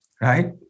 right